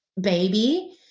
baby